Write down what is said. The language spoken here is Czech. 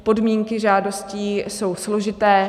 Podmínky žádostí jsou složité.